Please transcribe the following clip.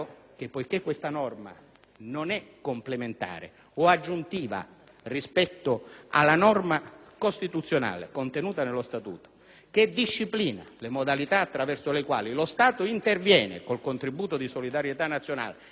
non è complementare o aggiuntiva rispetto alla norma costituzionale contenuta nello Statuto, che disciplina le modalità attraverso le quali lo Stato interviene con il contributo di solidarietà nazionale nella Regione siciliana